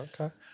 Okay